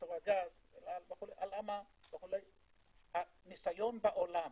סקטור הגז, אל על וכו' הניסיון בעולם